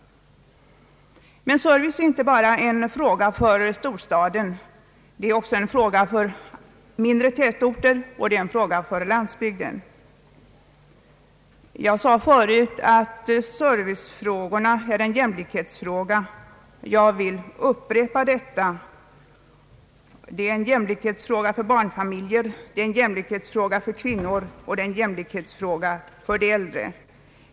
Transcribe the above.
Men service är inte bara en fråga för storstaden. Det är också en fråga för mindre tätorter, och det är en fråga för landsbygden. Jag sade förut att servicefrågorna är jämlikhetsfrågor. Jag vill upprepa detta. Det är en jämlikhetsfråga för barnfamiljer. Det är en jämlikhetsfråga för kvinnor, och det är en jämlikhetsfråga för de äldre.